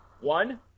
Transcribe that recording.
one